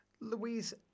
Louise